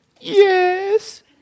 Yes